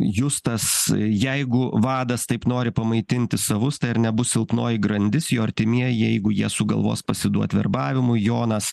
justas jeigu vadas taip nori pamaitinti savus tai ar nebus silpnoji grandis jo artimieji jeigu jie sugalvos pasiduot verbavimui jonas